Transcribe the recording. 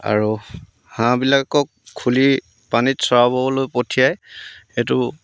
আৰু হাঁহবিলাকক খুলি পানীত চৰাবলৈ পঠিয়াই সেইটো